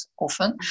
often